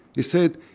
he said,